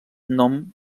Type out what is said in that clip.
nom